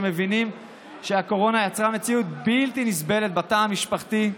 שמבינים שהקורונה יצרה מציאות בלתי נסבלת בתא המשפחתי,